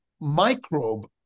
microbe